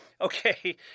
Okay